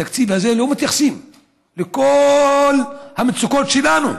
בתקציב הזה לא מתייחסים לכל המצוקות שלנו,